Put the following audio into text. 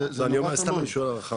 סתם אני שואל הערכה.